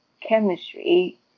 chemistry